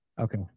Okay